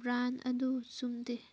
brand ꯑꯗꯨ ꯆꯨꯝꯗꯦ